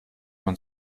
man